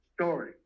story